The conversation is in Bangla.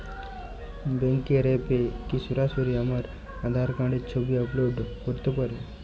ব্যাংকের অ্যাপ এ কি সরাসরি আমার আঁধার কার্ড র ছবি আপলোড করতে পারি?